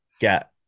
get